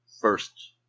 first